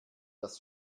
das